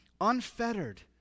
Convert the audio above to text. Unfettered